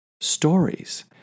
stories